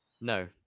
no